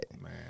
Man